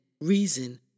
reason